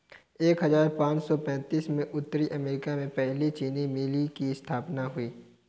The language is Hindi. एक हजार पाँच सौ पैतीस में उत्तरी अमेरिकी में पहली चीनी मिल की स्थापना हुई